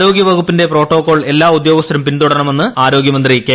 ആരോഗ്യ വകുപ്പിന്റെ പ്രോട്ടോക്കോൾ എല്ലാ ഉദ്യോഗസ്ഥരും പിന്തുടരണമെന്ന് ആരോഗ്യമന്ത്രി കെ